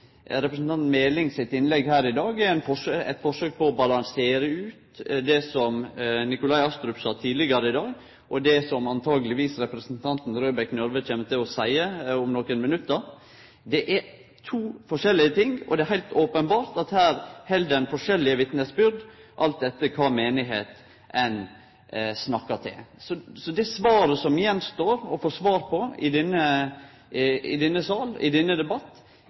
Representanten Meling sitt innlegg her i dag er eit forsøk på å balansere ut det som Nikolai Astrup sa tidlegare i dag, og antakeleg det som representanten Røbekk Nørve kjem til å seie om nokre minutt. Det er to forskjellige ting, og det er heilt openbert at ein her kjem med forskjellige vitnesbyrd, alt etter kva forsamling ein snakkar til. Så det som det står igjen å få svar på i denne salen, i denne debatten, er nettopp: Kor skal utsleppa i